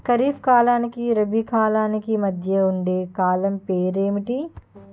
ఖరిఫ్ కాలానికి రబీ కాలానికి మధ్య ఉండే కాలం పేరు ఏమిటి?